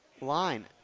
line